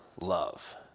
love